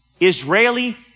Israeli